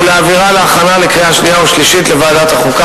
ולהעבירה להכנה לקריאה שנייה ושלישית לוועדת החוקה,